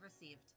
received